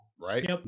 Right